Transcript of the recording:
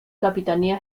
capitanía